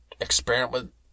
experiment